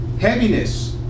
Heaviness